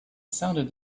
sounded